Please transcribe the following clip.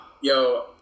yo